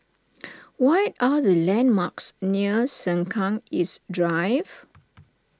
what are the landmarks near Sengkang East Drive